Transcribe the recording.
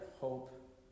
Hope